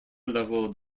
level